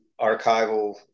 archival